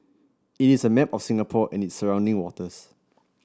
it is a map of Singapore and its surrounding waters